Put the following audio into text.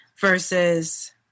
Versus